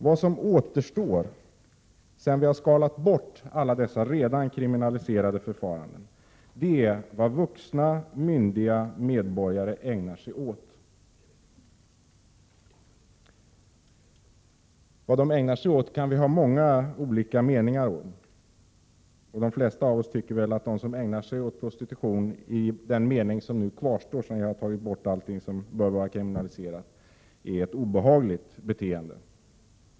Vad som återstår sedan vi har skalat bort alla dessa redan kriminaliserade förfaranden är vad vuxna, myndiga medborgare ägnar sig åt. Vi kan ha många olika meningar om det, och de flesta av oss tycker väl att de som ägnar sig åt prostitution i den mening som kvarstår sedan vi tagit bort allt som bör kriminaliseras är ett obehagligt beteende.